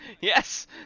Yes